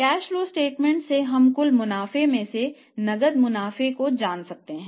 cash flow statement से हम कुल मुनाफे में से नकद मुनाफे को जान सकते हैं